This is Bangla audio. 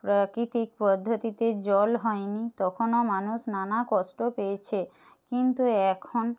প্রাকৃতিক পদ্ধতিতে জল হয়নি তখনও মানুষ নানা কষ্ট পেয়েছে কিন্তু এখন